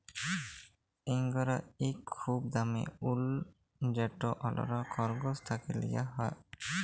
ইঙ্গরা ইক খুব দামি উল যেট অল্যরা খরগোশ থ্যাকে লিয়া হ্যয়